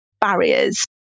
barriers